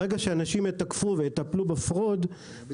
ברגע שאנשים יתקפו זה יגדיל את הפריון,